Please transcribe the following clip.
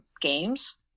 games